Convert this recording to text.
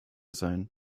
sein